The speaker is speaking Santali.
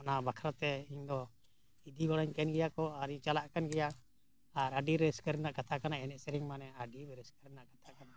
ᱚᱱᱟ ᱵᱟᱠᱷᱨᱟᱛᱮ ᱤᱧᱫᱚ ᱤᱫᱤ ᱜᱚᱲᱚᱧ ᱠᱟᱱ ᱜᱮᱭᱟ ᱠᱚ ᱟᱨᱤᱧ ᱪᱟᱞᱟᱜ ᱠᱟᱱᱜᱮᱭᱟ ᱟᱨ ᱟᱹᱰᱤ ᱨᱟᱹᱥᱠᱟᱹ ᱨᱮᱱᱟᱜ ᱠᱟᱛᱷᱟ ᱠᱟᱱᱟ ᱮᱱᱮᱡ ᱥᱮᱨᱮᱧ ᱢᱟᱱᱮ ᱟᱹᱰᱤ ᱨᱟᱹᱥᱠᱟᱹ ᱨᱮᱱᱟᱜ ᱠᱟᱛᱷᱟ ᱠᱟᱱᱟ